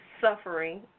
suffering